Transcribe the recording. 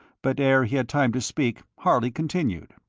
but ere he had time to speak harley continued